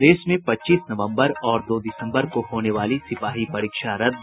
प्रदेश में पच्चीस नवम्बर और दो दिसम्बर को होने वाली सिपाही परीक्षा रद्द